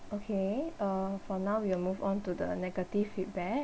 okay uh for now we will move on to the negative feedback